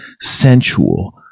sensual